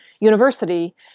university